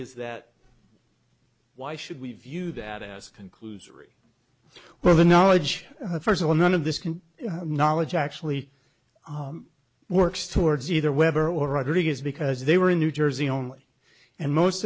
is that why should we view that as conclusory well the knowledge first of all none of this can knowledge actually works towards either weather or rodriguez because they were in new jersey only and most